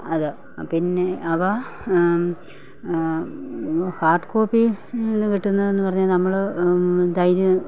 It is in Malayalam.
അത് പിന്നെ അവ ഹാർഡ് കോപ്പിയിൽ നിന്ന് കിട്ടുന്നതെന്ന് പറഞ്ഞാൽ നമ്മൾ